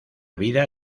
vida